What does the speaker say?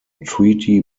treaty